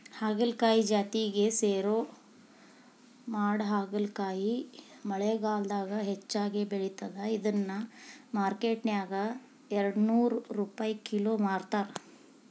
ಹಾಗಲಕಾಯಿ ಜಾತಿಗೆ ಸೇರೋ ಮಾಡಹಾಗಲಕಾಯಿ ಮಳೆಗಾಲದಾಗ ಹೆಚ್ಚಾಗಿ ಬೆಳಿತದ, ಇದನ್ನ ಮಾರ್ಕೆಟ್ನ್ಯಾಗ ಎರಡನೂರ್ ರುಪೈ ಕಿಲೋ ಮಾರ್ತಾರ